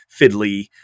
fiddly